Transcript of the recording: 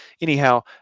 anyhow